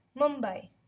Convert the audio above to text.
Mumbai